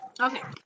Okay